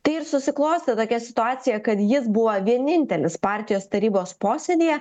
tai ir susiklostė tokia situacija kad jis buvo vienintelis partijos tarybos posėdyje